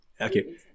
Okay